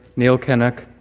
neil kinnock,